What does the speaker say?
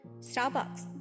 starbucks